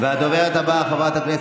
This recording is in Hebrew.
עם ישראל חי.